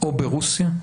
או ברוסיה?